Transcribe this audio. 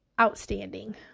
outstanding